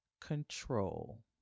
control